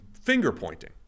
finger-pointing